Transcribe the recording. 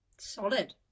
Solid